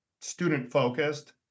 student-focused